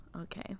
Okay